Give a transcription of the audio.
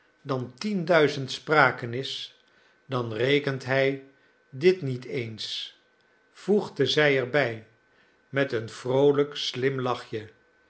dan tienduizend sprake is dan rekent hij dit niet eens voegde zij er bij met een vroolijk slim lachje